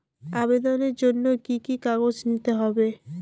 আবেদনের জন্য কি কি কাগজ নিতে হবে?